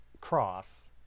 Cross